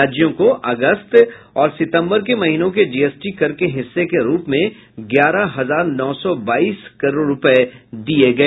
राज्यों को अगस्त और सितंबर के महीनों के जीएसटी कर के हिस्से के रूप में ग्यारह हजार नौ सौ बाईस करोड़ रुपये दिए गए